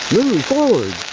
forward.